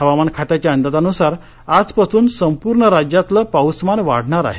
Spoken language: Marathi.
हवामान खात्याच्या अंदाजानुसार आजपासून संपूर्ण राज्यातलं पाऊसमान वाढणार आहे